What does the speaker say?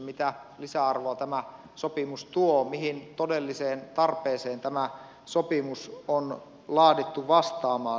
mitä lisäarvoa tämä sopimus tuo mihin todelliseen tarpeeseen tämä sopimus on laadittu vastaamaan